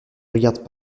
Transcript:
regardent